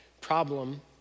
problem